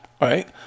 Right